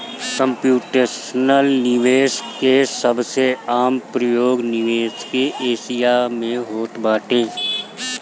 computational निवेश के सबसे आम प्रयोग निवेश के एरिया में होत बाटे